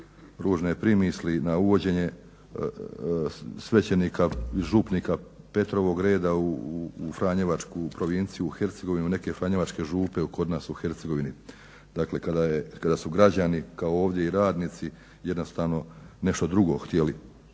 ružne primisli na uvođenje svećenika i župnika Petrovog reda u Franjevačku provinciju u Hercegovinu u neke franjevačke župe kod nas u Hercegovini. Dakle, kada su građani kao ovdje i radnici jednostavno nešto drugo htjeli.